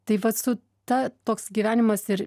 tai vat su ta toks gyvenimas ir